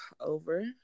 over